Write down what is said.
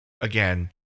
again